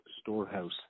Storehouse